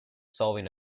solving